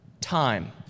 time